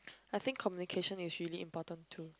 I think communication is really important to